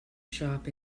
shop